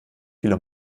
viele